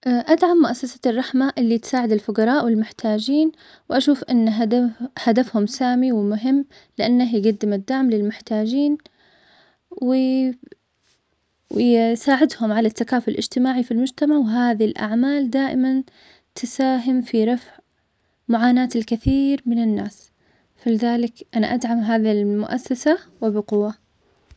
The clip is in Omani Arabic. أدعم مؤسسة الرحمة اللي تساعد الفقراء والمحتاجين, وأشوف إن هد- هدفهم سامي, لأنه يقدم الدعم للمحتاجين, و ويساعدهم على التكافل الإجتماعي في المجتمع, وهذي الأعمال دائماً تساهم في رفع معاناة الكثير من الناس, ولذلك أنا أدعم هذي المؤسسة وبقوة.